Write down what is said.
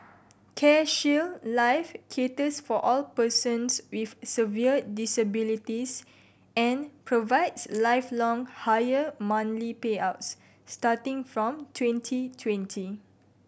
CareShield Life caters for all persons with severe disabilities and provides lifelong higher monthly payouts starting from twenty twenty